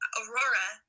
aurora